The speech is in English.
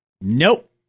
nope